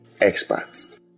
experts